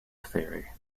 theory